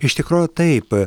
iš tikrųjų taip